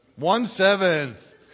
One-seventh